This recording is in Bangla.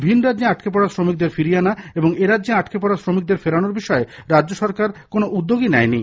ভিন রাজ্যে আটকে পড়া শ্রমিকদের ফিরিয়ে আনা এবং এরাজ্যে আটকে পড়া শ্রমিকদের ফেরানোর বিষয়ে রাজ্য সরকার কোন উদ্যোগই নেয়নি